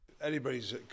Anybody's